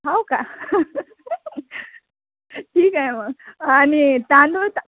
हो का ठीक आहे मग आणि तांदूळ ता